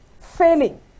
failing